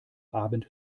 abend